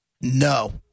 No